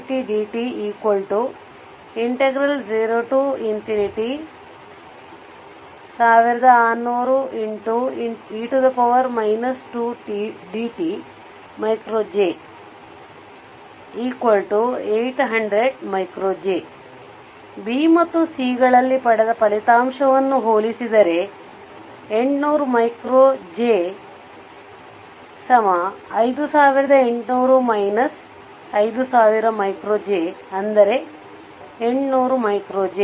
e 2tdt J800J b ಮತ್ತು c ಗಳಲ್ಲಿ ಪಡೆದ ಫಲಿತಾಂಶವನ್ನು ಹೋಲಿಸಿದರೆ 800 J 5800 5000 J 800 J